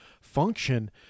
function